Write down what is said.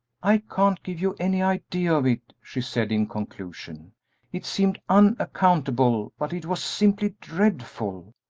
i can't give you any idea of it, she said, in conclusion it seemed unaccountable, but it was simply dreadful.